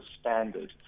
standard